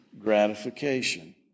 gratification